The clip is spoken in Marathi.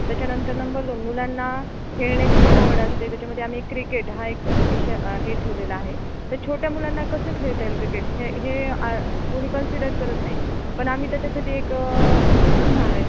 त्याच्यानंतर नंबर दोन मुलांना खेळण्याची पण आवड असते त्याच्यामध्ये आम्ही एक क्रिकेट हा एक विषय हे ठेवलेला आहे तर छोट्या मुलांना कसं खेळता येईल क्रिकेट हे हे आ कुणी कन्सिडर करत नाही पण आम्ही त्याच्यासाठी एक हे